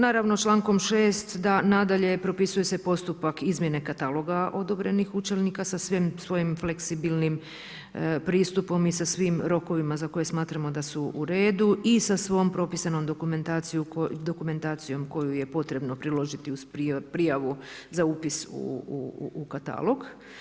Naravno čl. 6. nadalje, propisuje se postupak izmjene kataloga odobrenih učenika sa svim svojim fleksibilnim pristupom i sa svim rokovima, za koje smatramo da su u redu i sa svom pripisanom dokumentacijom koju je potrebno priložiti uz prijavu za upis u katalog.